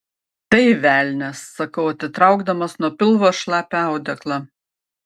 tai velnias sakau atitraukdamas nuo pilvo šlapią audeklą